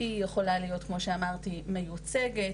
היא יכולה להיות - כמו שאמרתי מיוצגת